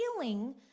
feeling